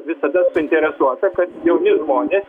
visada suinteresuota kad jauni žmonės